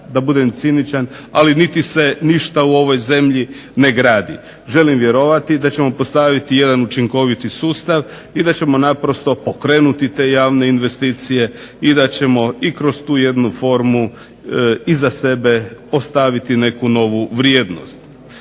da budem ciničan ali se ništa u ovoj zemlji ne gradi. Želim vjerovati da ćemo postaviti jedan učinkoviti sustav i da ćemo naprosto pokrenuti te javne investicije i da ćemo kroz tu jednu formu iza sebe ostaviti neku novu vrijednost.